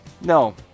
no